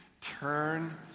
Turn